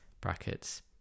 brackets